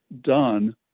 done